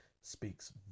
speaks